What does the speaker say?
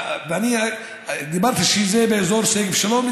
ואני דיברתי, זה באזור שגב שלום?